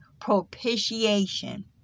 propitiation